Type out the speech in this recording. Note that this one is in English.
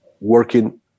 working